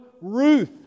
Ruth